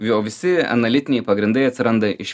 jo visi analitiniai pagrindai atsiranda iš